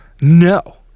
No